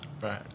Right